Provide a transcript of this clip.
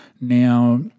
now